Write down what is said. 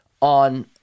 on